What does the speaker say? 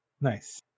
Nice